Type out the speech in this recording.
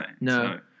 No